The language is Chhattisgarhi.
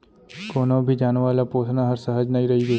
कोनों भी जानवर ल पोसना हर सहज नइ रइगे